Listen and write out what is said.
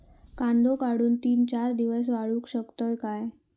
कांदो काढुन ती चार दिवस वाळऊ शकतव काय?